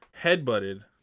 Headbutted